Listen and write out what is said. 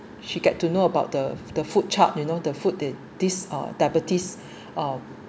she get to know about the the food truck you know the food the this uh diabetes uh